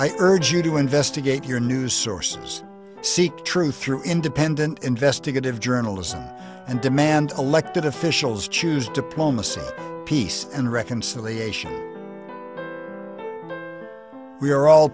i urge you to investigate your news sources seek truth through independent investigative journalism and demand elected officials choose diplomacy peace and reconciliation we are all